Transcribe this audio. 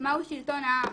מה הוא שלטון העם